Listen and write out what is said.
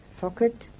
socket